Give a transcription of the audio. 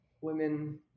women